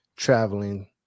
traveling